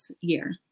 year